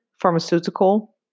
pharmaceutical